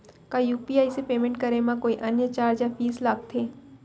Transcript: का यू.पी.आई से पेमेंट करे म कोई अन्य चार्ज या फीस लागथे?